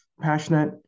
passionate